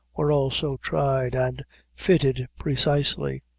were also tried, and fitted precisely.